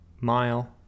mile